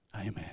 amen